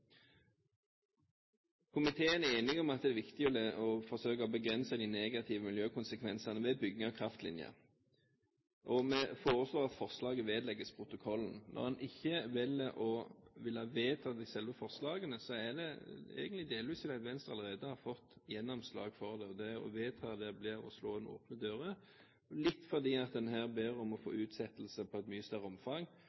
Komiteen er enig om at det er viktig å forsøke å begrense de negative miljøkonsekvensene ved bygging av kraftlinjer. Vi foreslår at forslaget vedlegges protokollen. Når en ikke velger å ville vedta selve representantforslaget, er det delvis fordi Venstre allerede har fått gjennomslag for det, og det å vedta det blir å slå inn åpne dører, og litt fordi en her ber om å